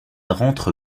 rentre